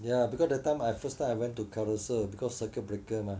ya because that time I first time I went to Carousell because circuit breaker mah